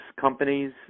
companies